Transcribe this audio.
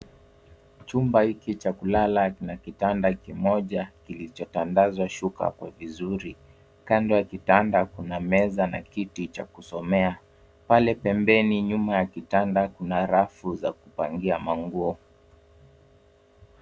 Chumba hiki cha kulala kina kitanda kimoja kilichotandazwa shuka vizuri. Kando ya kitanda kuna meza na kiti cha kusomea. Pale pembeni nyuma ya kitanda kuna rafu za kupangia manguo.